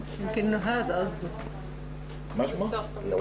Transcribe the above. שאבתי אותו משלושה מקומות: הספר שלי ושל עמיתתי,